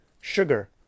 sugar